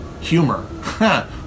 humor